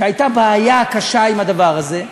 שהייתה בעיה קשה עם הדבר הזה,